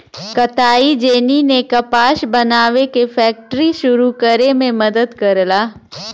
कताई जेनी ने कपास बनावे के फैक्ट्री सुरू करे में मदद करला